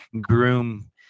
groom